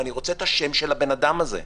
אני רוצה את השם של הבן אדם הזה.